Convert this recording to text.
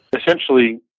Essentially